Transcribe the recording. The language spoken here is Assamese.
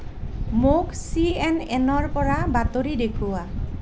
মোক চি এন এন ৰ পৰা বাতৰি দেখুওৱা